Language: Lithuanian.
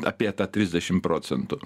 apie tą trisdešim procentų